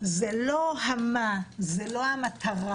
זה לא ה"מה", זו לא המטרה,